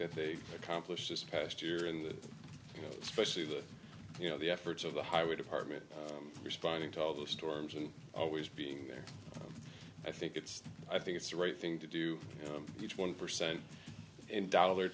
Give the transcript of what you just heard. that they accomplished this past year in the you know specially that you know the efforts of the highway department responding to all the storms and always being there i think it's i think it's the right thing to do each one percent in dollar